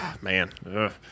Man